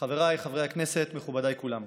חבריי חברי הכנסת, מכובדיי כולם,